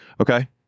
Okay